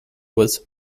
was